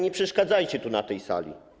Nie przeszkadzajcie tu w tej sali.